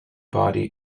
body